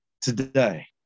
today